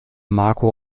marco